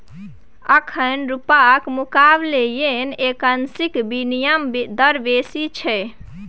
एखन रुपाक मुकाबले येन करेंसीक बिनिमय दर बेसी छै